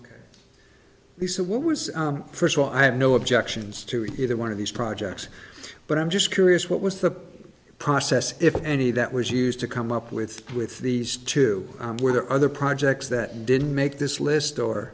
for we saw what was first of all i have no objections to either one of these projects but i'm just curious what was the process if any that was used to come up with with these two were there other projects that didn't make this list or